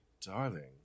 darling